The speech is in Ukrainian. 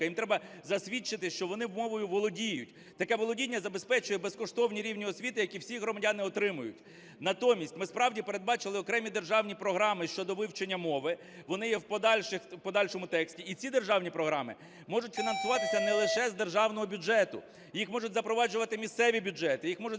їм треба засвідчити, що вони мовою володіють. Таке володіння забезпечує безкоштовний рівень освіти, який всі громадяни отримають. Натомість ми справді передбачили окремі державні програми щодо вивчення мови, вони є в подальшому тексті, і ці державні програми можуть фінансуватися не лише з державного бюджету, їх можуть запроваджувати місцеві бюджети, їх можуть